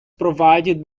provided